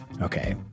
Okay